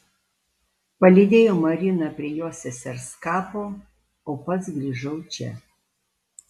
palydėjau mariną prie jos sesers kapo o pats grįžau čia